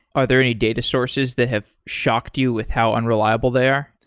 are there any data sources that have shocked you with how unreliable they are?